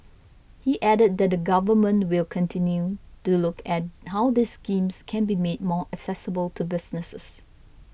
he added that the Government will continue to look at how these schemes can be made more accessible to businesses